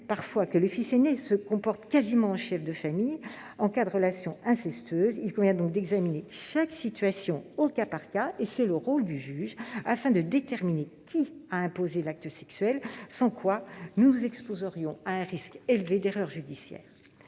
parfois que le fils aîné se comporte quasiment en chef de famille. En cas de relation incestueuse, il convient donc d'examiner chaque situation au cas par cas- c'est le rôle du juge -, afin de déterminer qui a imposé l'acte sexuel, sans quoi nous nous exposerions à un risque élevé d'erreurs judiciaires.